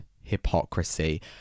hypocrisy